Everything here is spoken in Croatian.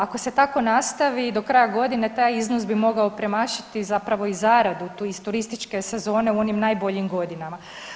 Ako se tako nastavi do kraja godine taj iznos bi mogao premašiti zapravo i zaradu tu iz turističke sezone u onim najboljim godinama.